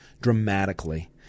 dramatically